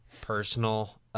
personal